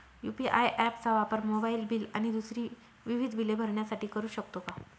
UPI app चा वापर mobile bill आणि दुसरी विविध बिले भरण्यासाठी करू शकतो का?